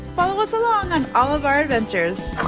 follow us along on all of our adventures!